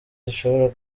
zishobora